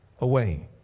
away